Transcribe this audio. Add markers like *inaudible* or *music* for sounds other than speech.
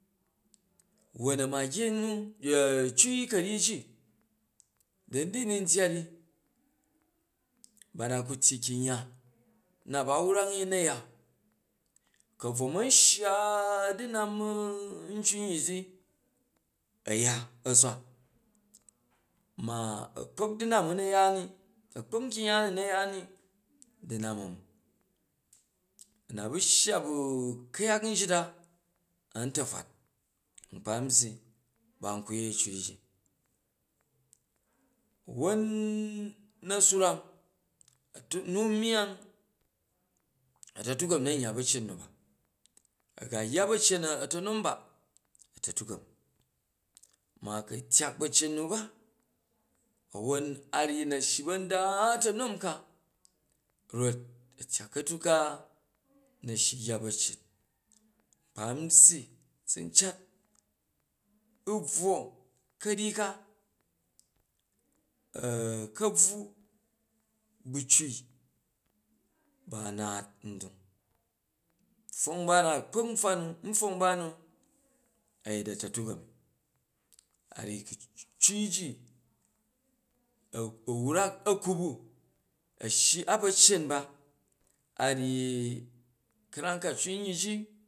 Won amage nu *hesitation* cui ka̱ryyi ji da ni di nun dyat ni, ba na ku tyyi nyungya na ba wrangni na̱ ya, ka bvo man shya du̱nam ncunyyi ti a̱ya a swa, ma a̱k pa̱k du̱nam u̱ na ya ni a̱kpak nkymgya ku na ya ni, du̱nam a̱mi, a̱na ba shya bu kuyak njit a a̱n ta̱fat nkpan byyi ba n ku yei cui ji won na swrang a tu, nu myang a̱ta̱tuk a̱rni na nyya ba̱ccen nu ba a̱ga yya ba̱ccen a̱ta̱nom ba a̱ta̱tuk a̱mi, ma ku a̱ tyak ba̱ccen nu ba a ryyi na shyi ban da a̱ta̱nom ka rot a̱tyak ka̱tuk ka na shyi u yya ba̱ccen nkpa n byyi zu n cat u bvwo, ka̱ryyi ka *hesitation* ka̱bvu bu̱ cui ba naat ndung pfwong nba na, a̱kpak npfwong nba nu a̱ta̱tuk a̱mi, aryyi ku cui ji a wrak a̱kup k a̱shyi a baccen ba, aryyi ka̱ram ka cunyyi ji